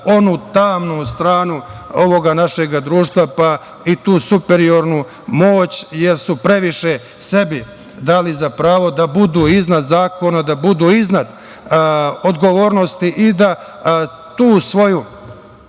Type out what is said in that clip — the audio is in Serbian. onu tamnu stranu ovoga našeg društva, pa i tu superiornu moć, jer su previše sebi dali za pravo da budu iznad zakona, da budu iznad odgovornosti i da tu svoju